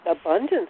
abundance